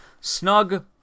Snug